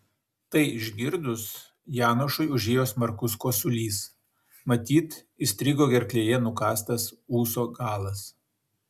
tai išgirdus janošui užėjo smarkus kosulys matyt įstrigo gerklėje nukąstas ūso galas